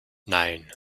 nein